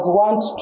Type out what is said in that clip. want